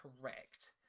correct